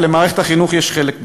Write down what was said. ולמערכת החינוך יש חלק בזה.